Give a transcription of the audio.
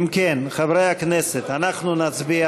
אם כן, חברי הכנסת, אנחנו נצביע